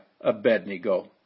Abednego